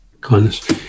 kindness